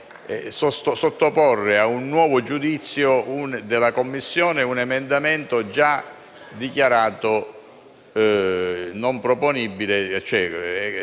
sottoporre ad un nuovo giudizio della Commissione bilancio un emendamento già dichiarato improcedibile,